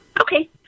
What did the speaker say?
Okay